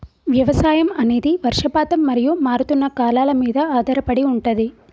వ్యవసాయం అనేది వర్షపాతం మరియు మారుతున్న కాలాల మీద ఆధారపడి ఉంటది